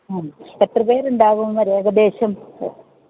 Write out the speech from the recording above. ആ എത്ര പേരുണ്ടാവും ഒരേകദേശം